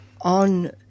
on